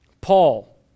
Paul